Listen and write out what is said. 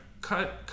cut